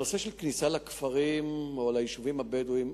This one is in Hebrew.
הנושא של כניסה לכפרים או ליישובים הבדואיים,